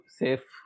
safe